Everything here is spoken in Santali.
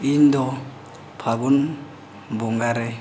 ᱤᱧᱫᱚ ᱯᱷᱟᱹᱜᱩᱱ ᱵᱚᱸᱜᱟ ᱨᱮ